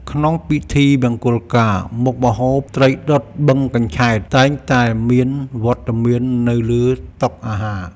ក្នុងពិធីមង្គលការ មុខម្ហូប ត្រីដុតបឹងកញ្ឆែត តែងតែមានវត្តមាននៅលើតុអាហារ។